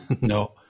No